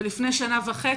שלפני שנה וחצי,